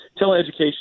Teleeducation